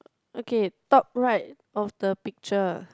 okay top right of the picture